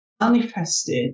manifested